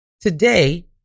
Today